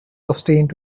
sustained